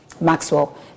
Maxwell